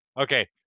okay